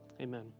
amen